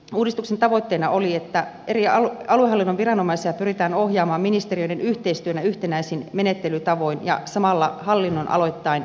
uudistuksen tavoitteena oli että eri aluehallinnon viranomaisia pyritään ohjaamaan ministeriöiden yhteistyönä yhtenäisin menettelytavoin ja samalla hallinnonaloittain joustavasti